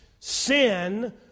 Sin